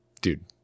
dude